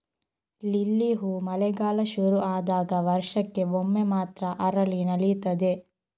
lily ಹೂ ಮಳೆಗಾಲ ಶುರು ಆದಾಗ ವರ್ಷಕ್ಕೆ ಒಮ್ಮೆ ಮಾತ್ರ ಅರಳಿ ನಲೀತದೆ